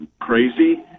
crazy